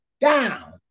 down